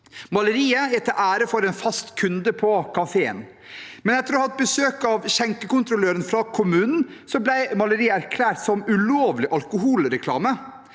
Maleriet er til ære for en fast kunde på kafeen. Men etter å ha hatt besøk av skjenkekontrolløren fra kommunen ble maleriet erklært som ulovlig alkoholreklame.